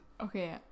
Okay